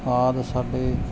ਆਦਿ ਸਾਡੇ